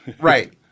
Right